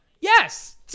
Yes